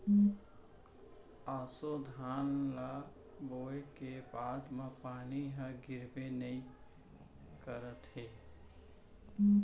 ऑसो धान ल बोए के बाद म पानी ह गिरबे नइ करत हे